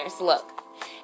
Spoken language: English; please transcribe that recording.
Look